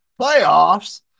playoffs